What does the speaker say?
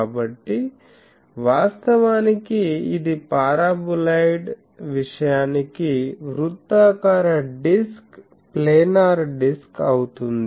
కాబట్టి వాస్తవానికి ఇది ఈ పారాబొలాయిడ్ విషయానికి వృత్తాకార డిస్క్ ప్లానార్ డిస్క్ అవుతుంది